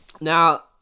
Now